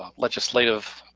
ah legislative